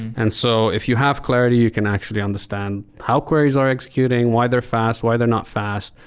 and so if you have clarity, you can actually understand how queries are executing. why they're fast? why they're not fast?